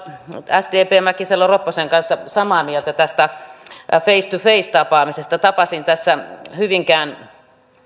sdpn mäkisalo ropposen kanssa samaa mieltä tästä face to face tapaamisesta tapasin hyvinkään